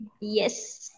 Yes